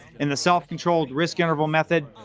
in the self-control risk interval method,